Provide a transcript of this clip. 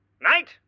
Knight